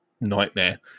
nightmare